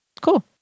Cool